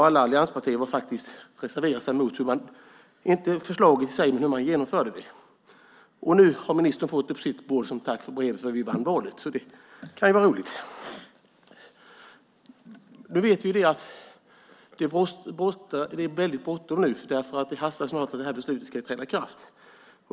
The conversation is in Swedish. Alla allianspartier har faktiskt reserverat sig, inte mot förslaget i sig utan mot hur man genomförde det. Och nu har ministern fått frågan på sitt bord som tack för brevet och för att vi vann valet. Det kan ju vara roligt. Nu vet vi att det är väldigt bråttom, därför att det här beslutet snart ska träda i kraft.